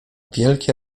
wielkie